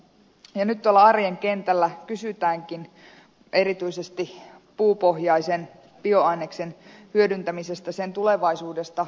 nyt tuolla arjen kentällä kysytäänkin erityisesti puupohjaisen bioaineksen hyödyntämisestä sen tulevaisuudesta